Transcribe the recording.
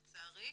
לצערי.